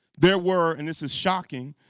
there were, and this is shocking,